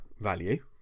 value